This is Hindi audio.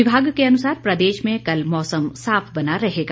विभाग के अनुसार प्रदेश में कल मौसम साफ बना रहेगा